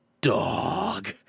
dog